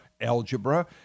algebra